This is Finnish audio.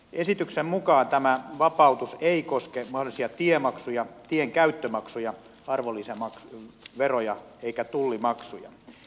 esityksen mukaan tämä vapautus ei koske mahdollisia tiemaksuja tienkäyttömaksuja arvonlisäveroja eikä tullimaksuja